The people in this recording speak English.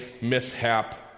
mishap